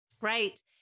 right